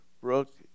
Brooke